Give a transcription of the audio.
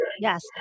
Yes